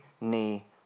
knee